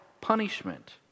punishment